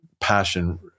passion